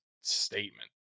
statement